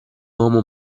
uomo